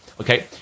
Okay